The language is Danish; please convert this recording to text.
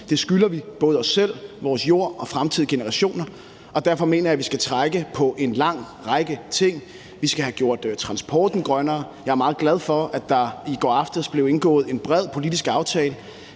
Det skylder vi både os selv, vores jord og fremtidige generationer, og derfor mener jeg, at vi skal trække på en lang række ting. Vi skal have gjort transporten grønnere, og jeg er meget glad for, at der i går aftes blev indgået en bred politisk aftale,